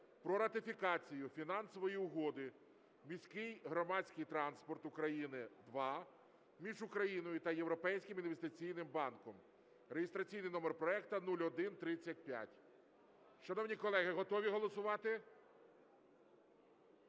про ратифікацію Фінансової угоди "Міський громадський транспорт України ІІ" між Україною та Європейським інвестиційним банком (реєстраційний номер проекту 0135). Шановні колеги, готові голосувати?